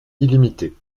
illimité